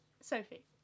Sophie